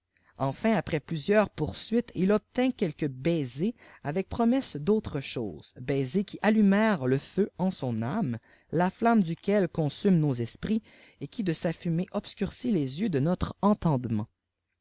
enfin après plusieurs poursuites il obtint quelques baisers avec promesse d'autre chose baisers qui allumèrent le feu en son âme la flamme duquel consume nos esprits et qui de sa fumée obscurcit les yeux de notre entendement